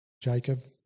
Jacob